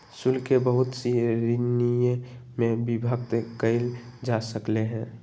शुल्क के बहुत सी श्रीणिय में विभक्त कइल जा सकले है